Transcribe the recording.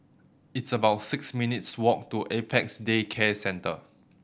it's about six minutes' walk to Apex Day Care Centre